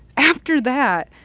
after that,